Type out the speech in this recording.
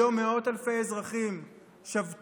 היום מאות אלפי אזרחים שבתו.